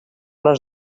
les